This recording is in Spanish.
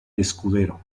escudero